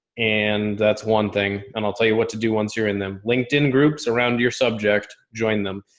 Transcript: and that's one thing and i'll tell you what to do once you're in them. linkedin groups around your subject, join them.